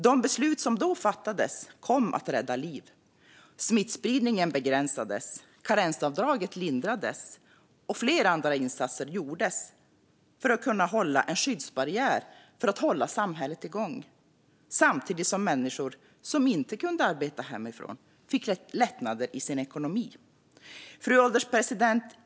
De beslut som fattades då kom att rädda liv. Smittspridningen begränsades, karensavdraget lindrades och flera andra insatser gjordes för att hålla en skyddsbarriär, så att man kunde hålla samhället igång samtidigt som människor som inte kunde arbeta hemifrån fick lättnader i sin ekonomi. Fru ålderspresident!